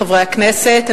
חברי הכנסת,